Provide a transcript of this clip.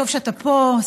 טוב שאתה פה,